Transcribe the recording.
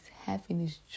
happiness